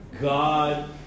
God